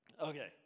Okay